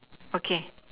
okay